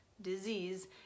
Disease